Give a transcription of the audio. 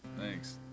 Thanks